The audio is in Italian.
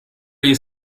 agli